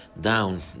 down